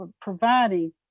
providing